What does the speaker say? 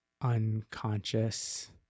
unconscious